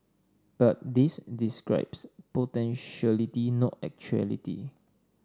but this describes potentiality not actuality